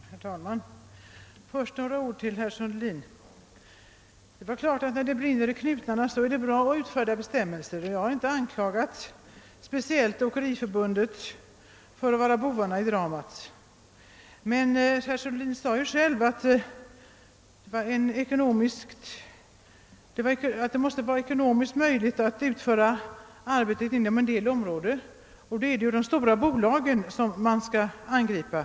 Herr talman! Först några ord till herr Sundelin. När det brinner i knutarna är det naturligtvis på hög tid att utfärda bestämmelser. Jag har inte anklagat Åkeriförbundet för att vara boven i dramat. Men herr Sundelin sade själv att det måste vara ekonomiskt möjligt att utföra arbetet, och i så fall är det väl de stora bolagen som skall angripas.